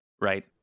right